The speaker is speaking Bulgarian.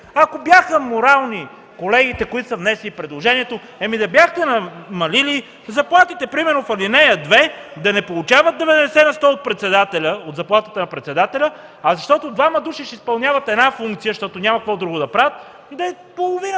Ако колегите, които са внесли предложението, бяха морални, да бяхте намалили заплатите. Примерно в ал. 2 – да не получават 90 на сто от заплатата на председателя, защото двама души ще изпълняват една функция, защото няма какво друго да правят, да получават